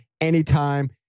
anytime